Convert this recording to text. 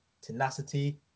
Tenacity